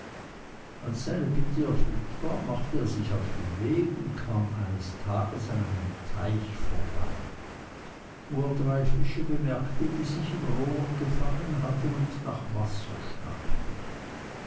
als seine bitte erfüllt war machte er sich auf den weg und kam eines tags an einem teich vorbei wo er drei fische bemerkte die sich im rohr gefangen hatten und nach wasser schnappten